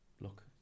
look